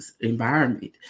environment